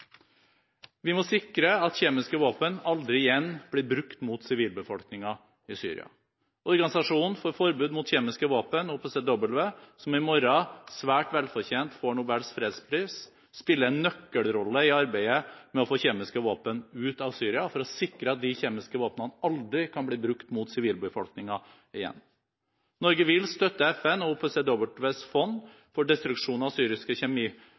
Vi må sikre at kjemiske våpen aldri igjen blir brukt mot sivilbefolkningen i Syria. Organisasjonen for forbud mot kjemiske våpen, OPCW, som i morgen – svært velfortjent – får Nobels fredspris, spiller en nøkkelrolle i arbeidet med å få kjemiske våpen ut av Syria for å sikre at de aldri kan bli brukt mot sivilbefolkningen igjen. Norge vil støtte FN og OPCWs fond for destruksjon av syriske